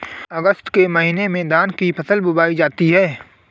अगस्त के महीने में धान की फसल बोई जाती हैं